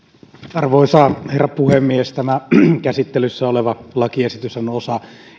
arvoisa herra puhemies käsittelyssä oleva lakiesitys on osa